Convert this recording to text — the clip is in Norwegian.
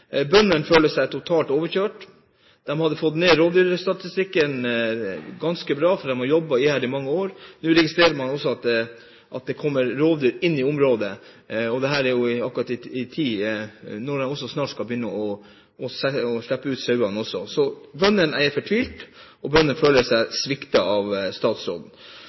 Bøndene føler seg totalt overkjørt. De hadde fått ned rovdyrstatistikken ganske bra, for de har jobbet iherdig med det i mange år. Nå registrerer man at det kommer rovdyr inn i området, og dette er akkurat en tid på året da man skal begynne å slippe ut sauene også. Så bøndene er fortvilte, og de føler seg sviktet av statsråden.